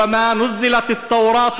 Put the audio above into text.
אברהם?